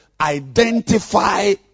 identify